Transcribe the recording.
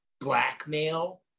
blackmail